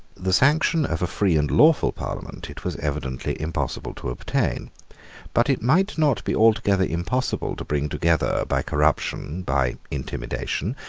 the sanction of a free and lawful parliament it was evidently impossible to obtain but it might not be altogether impossible to bring together by corruption, by intimidation,